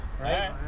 right